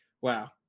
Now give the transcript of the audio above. Wow